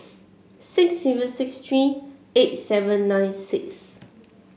six zero six three eight seven nine six